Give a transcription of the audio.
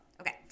okay